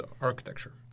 architecture